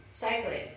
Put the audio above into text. cycling